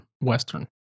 Western